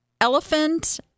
Elephant